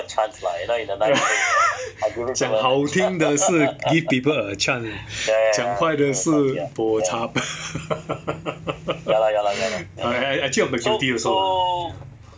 讲好听的是 give people a change 讲坏的是 bo chup but a~ a~ actually I of the guilty also lah